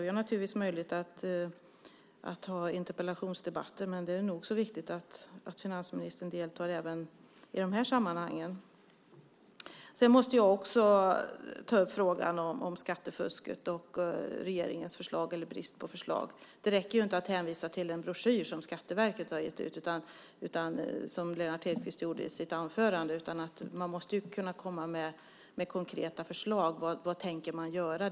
Jag har naturligtvis möjlighet till interpellationsdebatter, men det är nog så viktigt att finansministern även deltar i de här sammanhangen. Låt mig också ta upp frågan om skattefusk och regeringens förslag, eller brist på förslag. Det räcker inte att, som Lennart Hedquist gjorde i sitt anförande, hänvisa till en broschyr som Skatteverket gett ut. Man måste också komma med konkreta förslag om vad man tänker göra.